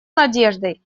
надеждой